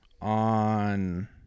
on